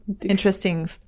interesting